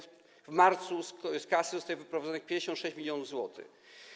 W marcu z kasy zostało wyprowadzonych 56 mln zł.